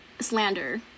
slander